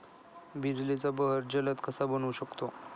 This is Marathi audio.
बिजलीचा बहर जलद कसा बनवू शकतो?